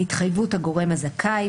והתחייבות הגורם הזכאי,